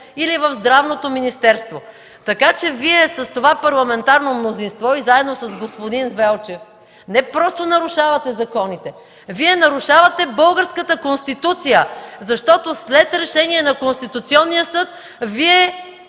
или в Здравното министерство. Така че Вие заедно с това парламентарно мнозинство и заедно с господин Велчев не просто нарушавате законите. Вие нарушавате българската Конституция, защото след Решение на Конституционния съд Вие